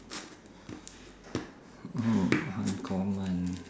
hmm uncommon